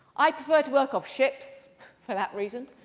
i prefer to work off ships for that reason.